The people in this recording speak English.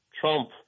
Trump